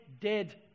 dead